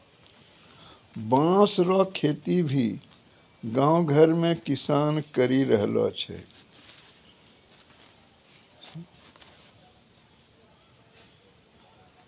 बाँस रो खेती भी गाँव घर मे किसान करि रहलो छै